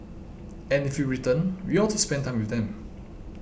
and if we return we ought to spend time with them